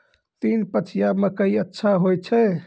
तीन पछिया मकई अच्छा होय छै?